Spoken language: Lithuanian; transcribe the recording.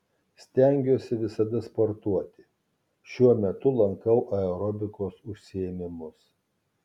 stengiuosi visada sportuoti šiuo metu lankau aerobikos užsiėmimus